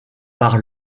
par